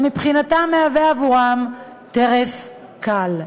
שמבחינתם הם טרף קל.